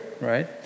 right